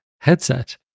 headset